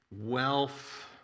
wealth